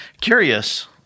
curious